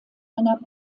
einer